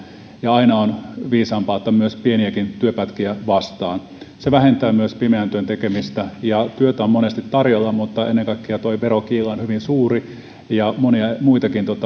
ja aina on viisaampaa ottaa myös pieniäkin työpätkiä vastaan se vähentää myös pimeän työn tekemistä työtä on monesti tarjolla mutta ennen kaikkea tuo verokiila on hyvin suuri ja monia muitakin